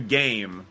game